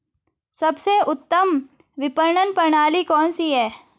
सबसे उत्तम विपणन प्रणाली कौन सी है?